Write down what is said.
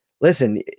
listen